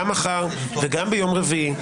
גם מחר וגם ביום רביעי,